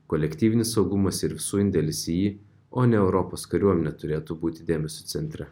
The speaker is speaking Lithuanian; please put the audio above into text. kolektyvinis saugumas ir visų indėlis į jį o ne europos kariuomenė turėtų būti dėmesio centre